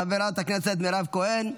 חברת הכנסת מירב כהן,